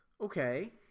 Okay